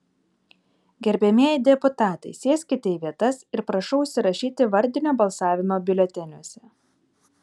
gerbiamieji deputatai sėskite į vietas ir prašau užsirašyti vardinio balsavimo biuleteniuose